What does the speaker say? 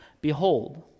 Behold